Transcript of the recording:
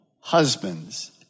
husbands